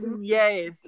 yes